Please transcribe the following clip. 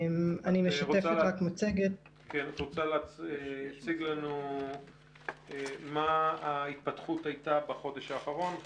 את רוצה להציג לנו מה היתה ההתפתחות בחודש האחרון?